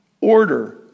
order